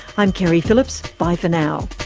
i'm keri phillips. bye for now